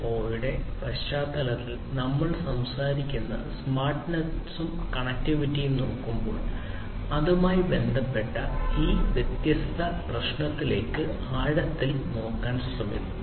0 ന്റെ പശ്ചാത്തലത്തിൽ നമ്മൾ സംസാരിക്കുന്ന സ്മാർട്ട്നെസും കണക്റ്റിവിറ്റിയും നോക്കുമ്പോൾ അതുമായി ബന്ധപ്പെട്ട ഈ വ്യത്യസ്ത പ്രശ്നങ്ങളിലേക്ക് ആഴത്തിൽ നോക്കാൻ ശ്രമിക്കുന്നു